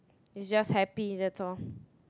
it's just happy that's all